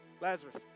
Lazarus